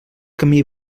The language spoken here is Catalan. camí